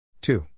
two